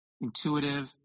intuitive